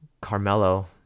Carmelo